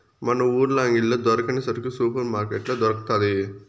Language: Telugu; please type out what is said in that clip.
మన ఊర్ల అంగిల్లో దొరకని సరుకు సూపర్ మార్కట్లో దొరకతాది